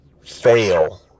fail